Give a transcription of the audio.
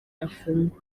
afungwa